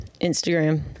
Instagram